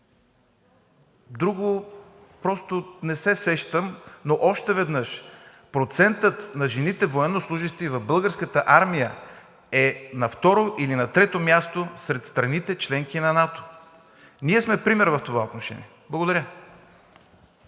Друго просто не се сещам, но още веднъж: процентът на жените военнослужещи в Българската армия е на второ или на трето място сред страните – членки на НАТО. Ние сме пример в това отношение. Благодаря.